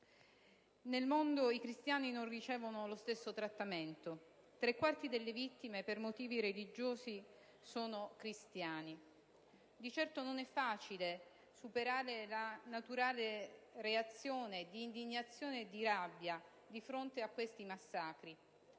Nel mondo i cristiani non ricevono lo stesso trattamento. Tre quarti delle vittime per motivi religiosi sono cristiani. Di certo, non è facile superare la naturale reazione di indignazione e di rabbia di fronte a questi massacri: